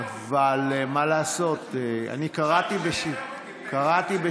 אבל מה לעשות, אני קראתי בשמך.